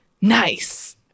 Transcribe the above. nice